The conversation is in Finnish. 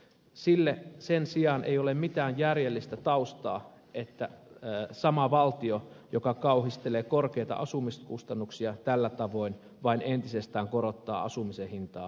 sille sen sijaan ei ole mitään järjellistä taustaa että sama valtio joka kauhistelee korkeita asumiskustannuksia tällä tavoin vain entisestään korottaa asumisen hintaa seudulla